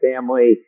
family